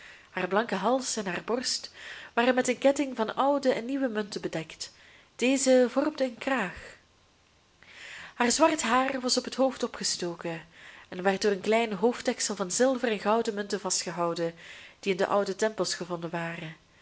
haar blanke hals en haar borst waren met een ketting van oude en nieuwe munten bedekt deze vormden een kraag haar zwart haar was op het hoofd opgestoken en werd door een klein hoofddeksel van zilveren en gouden munten vastgehouden die in de oude tempels gevonden waren